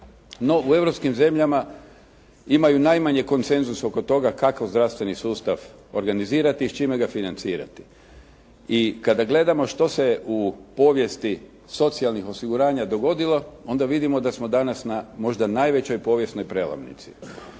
No u europskim zemljama imaju najmanje koncezus oko toga kako zdravstveni sustav organizirati i s čime ga financirati? I kada gledamo što se u povijesti socijalnih osiguranja dogodilo onda vidimo da smo danas na, možda najvećoj povijesnoj prijelomnici.